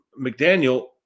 McDaniel